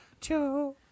Two